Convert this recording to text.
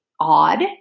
odd